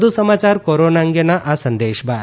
વધુ સમાચાર કોરોના અંગેના આ સંદેશ બાદ